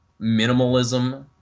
minimalism